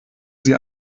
sie